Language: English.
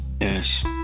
yes